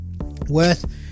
worth